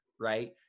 right